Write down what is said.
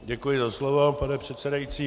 Děkuji za slovo, pane předsedající.